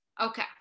Okay